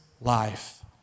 life